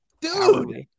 Dude